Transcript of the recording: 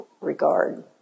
regard